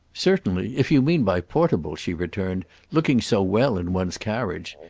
certainly, if you mean by portable, she returned, looking so well in one's carriage.